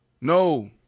No